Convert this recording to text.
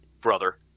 brother